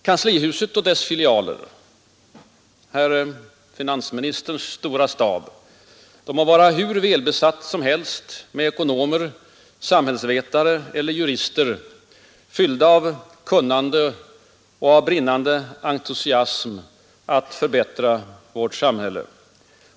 Kanslihuset och dess filialer, herr finansministerns stora stab, må vara hur välbesatta som helst med ekonomer, samhällsvetare eller jurister fyllda av kunnande och brinnande entusiasm att förbättra samhället.